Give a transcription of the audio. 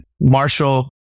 Marshall